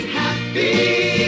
happy